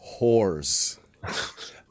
whores